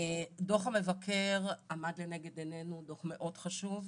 דו"ח המבקר עמד לנגד עינינו, דו"ח מאוד חשוב,